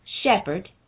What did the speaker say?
Shepherd